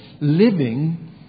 living